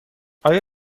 آیا